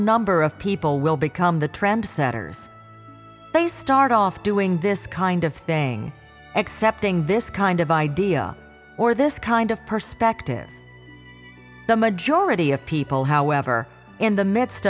number of people will become the trendsetters they start off doing this kind of thing excepting this kind of idea or this kind of perspective the majority of people however in the midst